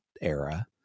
era